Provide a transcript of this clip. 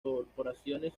corporaciones